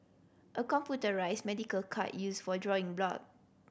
a computerised medical cart used for drawing blood